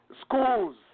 Schools